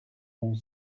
mon